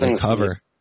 cover